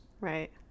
right